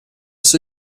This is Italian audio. sua